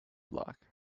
luck